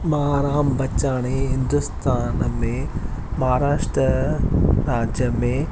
मां आराम बचाणी हिंदुस्तान में महाराष्ट्र राॼु में